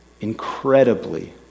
Incredibly